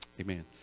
Amen